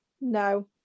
no